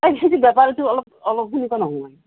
এহ সেইটো বেপাৰীটো অলপ অলপ তেনেকুৱা